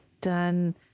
done